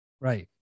right